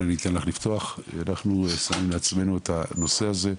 אנחנו שמים לעצמנו את הנושא הזה למטרה,